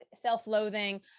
self-loathing